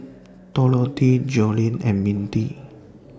Dorothea Joellen and Mindi